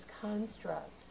constructs